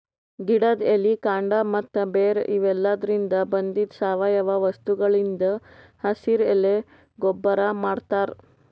ಗಿಡದ್ ಎಲಿ ಕಾಂಡ ಮತ್ತ್ ಬೇರ್ ಇವೆಲಾದ್ರಿನ್ದ ಬಂದಿದ್ ಸಾವಯವ ವಸ್ತುಗಳಿಂದ್ ಹಸಿರೆಲೆ ಗೊಬ್ಬರ್ ಮಾಡ್ತಾರ್